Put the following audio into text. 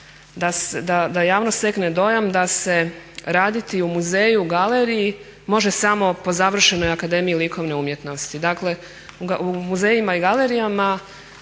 da javnost stekne dojam da se raditi u muzeju, u galeriji može samo po završenoj Akademiji likovne umjetnosti. Dakle, u muzejima i galerijama